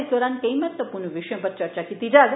इस दौरान केई महत्वपूर्ण विशें पर चर्चा कीती जाग